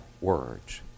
words